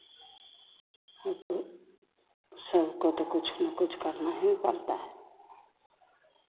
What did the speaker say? हम तो सबको तो कुछ ना कुछ करना ही ना पड़ता है